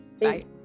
Bye